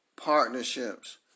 Partnerships